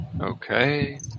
Okay